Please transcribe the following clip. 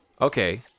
Okay